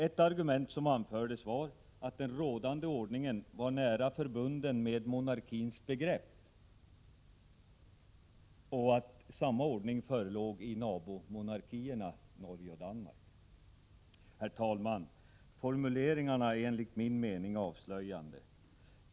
Ett argument som anfördes var att den rådande ordningen var nära förbunden med monarkins begrepp och att samma ordning förelåg i nabomonarkierna Norge och Danmark. Herr talman! Formuleringarna är enligt min mening avslöjande.